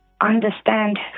understand